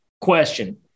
question